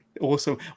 Awesome